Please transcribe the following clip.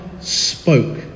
spoke